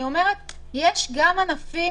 יש ענפים